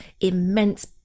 immense